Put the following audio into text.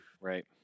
right